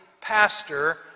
pastor